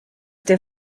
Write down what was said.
der